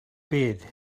bed